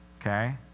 Okay